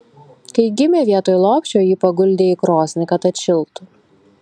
kai gimė vietoj lopšio jį paguldė į krosnį kad atšiltų